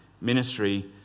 ministry